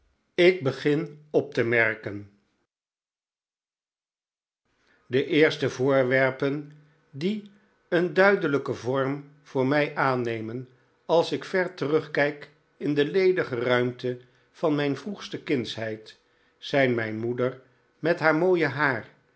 ik begin op te merken de eerste voorwerpen die een duidelijken vorm voor mij aannemen als ik ver terugkijk in de ledige ruimte van mijn vroegste kindsheid zijn mijn moeder met haar mooie haar